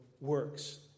works